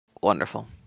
Wonderful